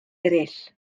eraill